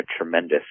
tremendous